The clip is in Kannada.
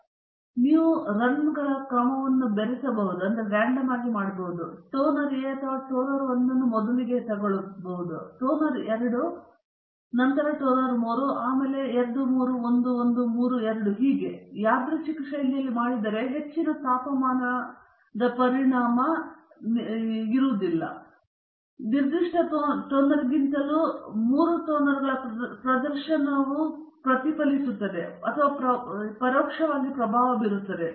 ಆದ್ದರಿಂದ ನೀವು ರನ್ಗಳ ಕ್ರಮವನ್ನು ಬೆರೆಸಬಹುದು ನೀವು ಟೋನರು A ಅಥವಾ ಟೋನರ್ 1 ಅನ್ನು ಮೊದಲಿಗೆ ಹಾಕಬಹುದು ನಂತರ ಟೋನರು 2 ನಂತರ ಟೋನರ್ 3 ಮತ್ತು ನಂತರ 2 3 1 1 3 2 ಹಾಗೆ ನೀವು ಯಾದೃಚ್ಛಿಕ ಶೈಲಿಯಲ್ಲಿ ಅದನ್ನು ಮಾಡಿದರೆ ಹೆಚ್ಚಿನ ತಾಪಮಾನ ಪರಿಣಾಮವು ನಿರ್ದಿಷ್ಟ ಟೊನರ್ಗಿಂತಲೂ ಮೂರು ಟೋನರುಗಳ ಪ್ರದರ್ಶನಗಳನ್ನು ಸಹ ಪ್ರತಿಫಲಿಸುತ್ತದೆ ಅಥವಾ ಪರೋಕ್ಷವಾಗಿ ಪ್ರಭಾವ ಬೀರುತ್ತದೆ